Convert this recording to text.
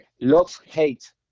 love-hate